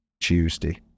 Tuesday